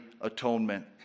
atonement